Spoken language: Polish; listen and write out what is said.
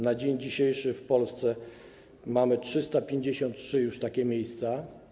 Na dzień dzisiejszy w Polsce mamy już 353 takie miejsca.